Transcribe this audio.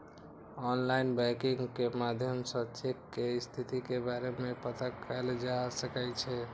online banking के माध्यम सं चेक के स्थिति के बारे मे पता कैल जा सकै छै